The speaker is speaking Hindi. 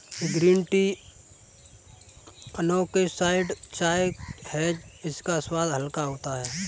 ग्रीन टी अनॉक्सिडाइज्ड चाय है इसका स्वाद हल्का होता है